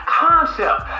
concept